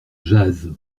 jase